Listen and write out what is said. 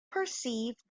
perceived